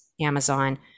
Amazon